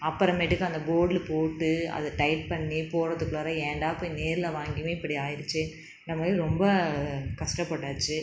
அப்புறமேட்டுக்கு அந்த போல்ட்டு போட்டு அதை டைட் பண்ணி போடுறதுக்குள்ளார ஏன்டா போய் நேரில் வாங்கியுமே இப்படி ஆகிடுச்சே இந்த மாதிரி ரொம்ப கஷ்டப்பட்டாச்சு